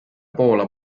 poola